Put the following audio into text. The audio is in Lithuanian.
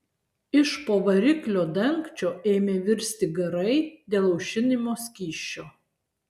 iš po variklio dangčio ėmė virsti garai dėl aušinimo skysčio